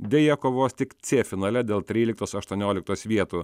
deja kovos tik c finale dėl tryliktos aštuonioliktos vietų